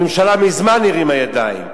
הממשלה מזמן הרימה ידיים,